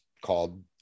called